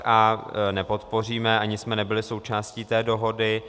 A nepodpoříme, ani jsme nebyli součástí té dohody.